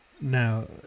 now